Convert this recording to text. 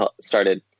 started